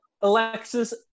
Alexis